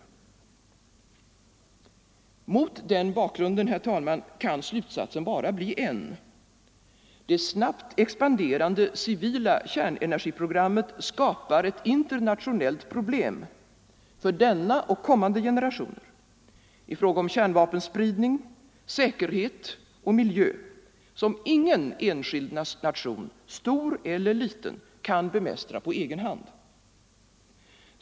Mot den bakgrunden, herr talman, kan slutsatsen bara bli en: det snabbt expanderande civila kärnenergiprogrammet skapar ett internationellt problem — för denna och kommande generationer — i fråga om kärnvapenspridning, säkerhet och miljö, som ingen enskild nation, stor eller liten, kan bemästra på egen hand.